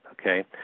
okay